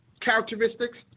characteristics